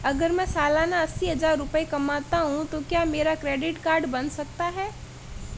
अगर मैं सालाना अस्सी हज़ार रुपये कमाता हूं तो क्या मेरा क्रेडिट कार्ड बन सकता है?